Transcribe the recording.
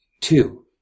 two